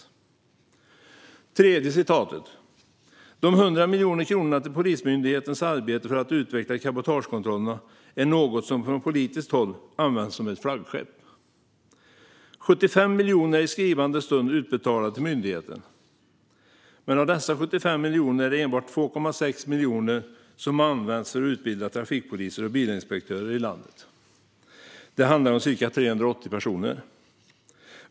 Det tredje citatet: De 100 miljoner kronorna till Polismyndighetens arbete för att utveckla cabotagekontrollerna är något som från politiskt håll används som ett flaggskepp. I skrivande stund har 75 miljoner utbetalats till myndigheten, men av dessa 75 miljoner är det endast 2,6 miljoner som använts för att utbilda trafikpoliser och bilinspektörer i landet. Det handlar om ca 380 personer.